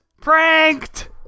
Pranked